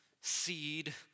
seed